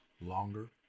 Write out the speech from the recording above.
longer